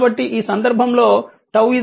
కాబట్టి ఈ సందర్భంలో 𝜏 0